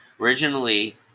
Originally